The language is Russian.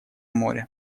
море